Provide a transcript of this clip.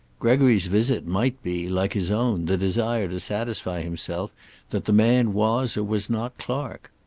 gregory's visit might be, like his own, the desire to satisfy himself that the man was or was not clark.